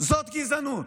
זאת גזענות,